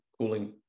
cooling